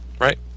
Right